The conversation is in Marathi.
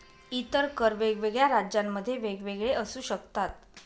इतर कर वेगवेगळ्या राज्यांमध्ये वेगवेगळे असू शकतात